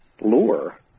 lure